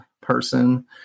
person